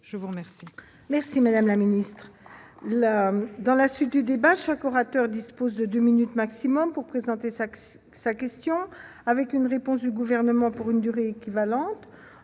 je vous remercie